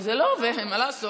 אז זה לא עובד, מה לעשות?